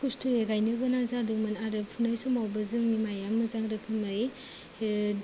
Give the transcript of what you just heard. खस्थ'यै गायनो गोनां जादोंमोन आरो फुनाय समावबो जोंनि माइया मोजां रोखोमै